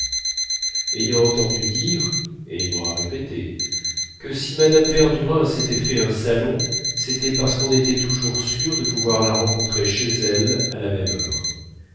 ayant entendu dire et aimant à répéter que si mme verdurin s'était fait un salon c'était parce qu'on était toujours sûr de pouvoir la rencontrer chez elle à la même heure